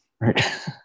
Right